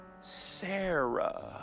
Sarah